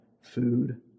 food